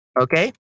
Okay